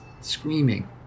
screaming